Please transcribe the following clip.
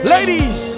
Ladies